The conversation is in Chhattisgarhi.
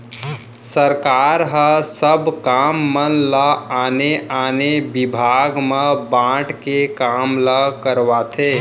सरकार ह सब काम मन ल आने आने बिभाग म बांट के काम ल करवाथे